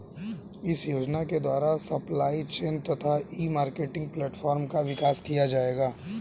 इस योजना के द्वारा सप्लाई चेन तथा ई मार्केटिंग प्लेटफार्म का विकास किया जाएगा